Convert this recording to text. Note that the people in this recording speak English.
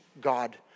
God